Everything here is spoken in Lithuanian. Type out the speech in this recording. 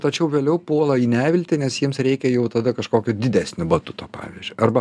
tačiau vėliau puola į neviltį nes jiems reikia jau tada kažkokio didesnio batuto pavyzdžiui arba